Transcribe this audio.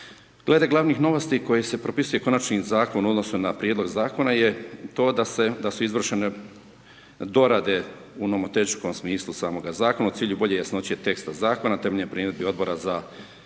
Glede glavnih novosti koji se propisuje konačni zakon u odnosu na prijedlog zakona je to da su izvršene dorade u nomotehničkom smislu samoga zakona u cilju bolje jasnoće teksta zakona temeljem primjedbi Odbora za